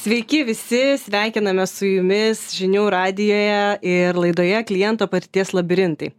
sveiki visi sveikinamės su jumis žinių radijuje ir laidoje kliento patirties labirintai